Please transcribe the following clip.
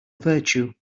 virtue